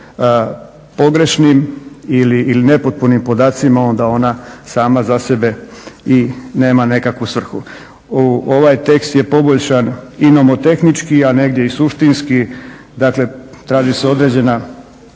pogrešnim ili nepotpunim podacima onda ona sama za sebe i nema neku svrhu. Ovaj tekst je poboljšan i nomotehnički a negdje i suštinski dakle traži se određena